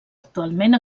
actualment